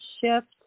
shift